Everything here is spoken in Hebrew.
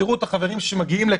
תראו את החברים שמגיעים לכאן.